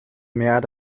mehrheit